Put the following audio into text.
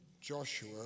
Joshua